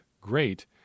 great